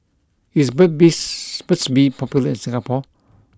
is Burt bee's Burt's Bee popular in Singapore